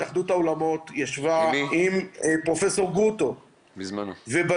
התאחדות האולמות ישבה עם פרופ' גרוטו ובנינו.